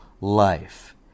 life